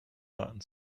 daten